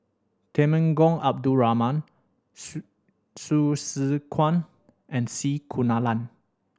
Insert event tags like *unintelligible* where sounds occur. Temenggong Abdul Rahman *unintelligible* Hsu Tse Kwang and C Kunalan